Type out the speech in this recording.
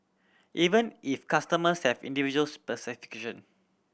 even if customers have individual specification